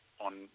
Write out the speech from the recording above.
on